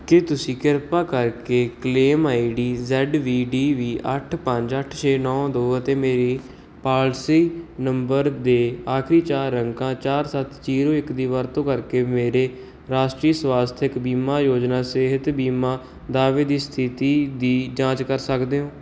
ਕੀ ਤੁਸੀਂ ਕਿਰਪਾ ਕਰਕੇ claim I D Z V D V ਅੱਠ ਪੰਜ ਅੱਠ ਛੇ ਨੌਂ ਦੋ ਅਤੇ ਮੇਰੇ ਪਾਲਿਸੀ ਨੰਬਰ ਦੇ ਆਖਰੀ ਚਾਰ ਅੰਕਾਂ ਚਾਰ ਸੱਤ ਜੀਰੋ ਇੱਕ ਦੀ ਵਰਤੋਂ ਕਰਕੇ ਮੇਰੇ ਰਾਸ਼ਟਰੀ ਸਵਾਸਥਕ ਬੀਮਾ ਯੋਜਨਾ ਸਿਹਤ ਬੀਮਾ ਦਾਅਵੇ ਦੀ ਸਥਿਤੀ ਦੀ ਜਾਂਚ ਕਰ ਸਕਦੇ ਹੋ